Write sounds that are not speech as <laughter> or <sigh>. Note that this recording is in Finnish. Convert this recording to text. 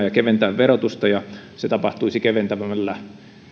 <unintelligible> ja keventää verotusta ja se tapahtuisi keventämällä